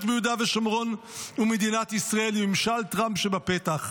ביהודה ושומרון ומדינת ישראל עם ממשל טראמפ שבפתח.